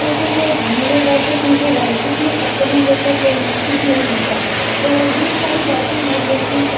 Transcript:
तो फिर वो गिरेगा तो टूटेगा ही इस में अपशगुन जैसा कोई नहीं कुछ नहीं होता है तो ये सारी बाते हैं जो कि